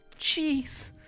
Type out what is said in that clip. jeez